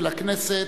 ולכנסת,